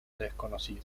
desconocido